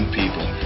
people